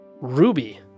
ruby